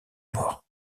mort